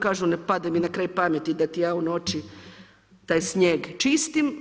Kaže ne pada mi na kraj pameti da ti ja u noći taj snijeg čistim.